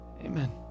Amen